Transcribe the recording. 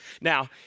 Now